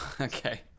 Okay